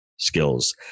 skills